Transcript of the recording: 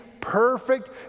perfect